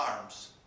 arms